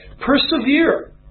Persevere